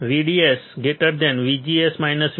અને VDS VGS VT